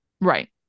Right